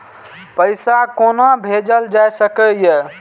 पैसा कोना भैजल जाय सके ये